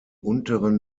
unteren